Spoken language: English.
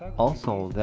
also,